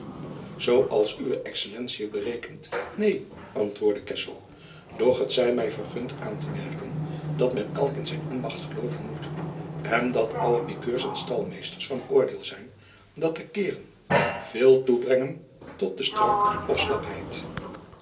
als uwe excellentie het berekent neen antwoordde kessel doch het zij mij vergund aan te merken dat men elk in zijn ambacht geloven moet en dat alle pikeurs en stalmeesters van oordeel zijn dat de keeren veel toebrengen tot de strakof slapheid